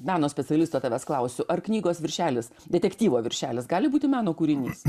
meno specialisto tavęs klausiu ar knygos viršelis detektyvo viršelis gali būti meno kūrinys